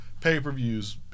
Pay-per-views